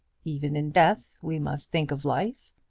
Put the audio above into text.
even in death we must think of life,